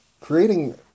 creating